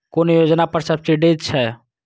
कुन योजना पर सब्सिडी छै?